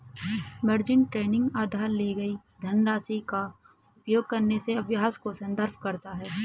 margin trading उधार ली गई धनराशि का उपयोग करने के अभ्यास को संदर्भित करता है